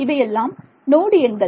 இவை எல்லாம் நோடு எண்கள்